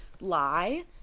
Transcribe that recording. lie